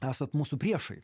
esat mūsų priešai